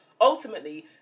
ultimately